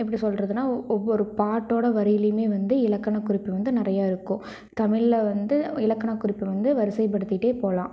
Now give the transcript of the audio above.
எப்படி சொல்றதுனால் ஒவ் ஒவ்வொரு பாட்டோடய வரியிலியுமே வந்து இலக்கணக் குறிப்பு வந்து நிறையா இருக்கும் தமிழில் வந்து இலக்கணக் குறிப்பு வந்து வரிசைப்படுத்திகிட்டே போகலாம்